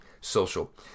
social